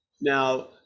Now